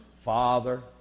Father